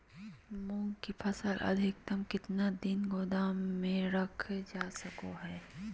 मूंग की फसल अधिकतम कितना दिन गोदाम में रखे जा सको हय?